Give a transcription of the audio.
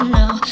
now